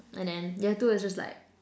and then year two is just like